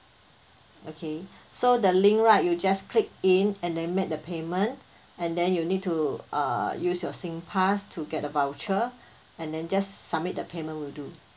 okay so the link right you just click in and then make the payment and then you need to use your SingPass to get a voucher and then just submit the payment will do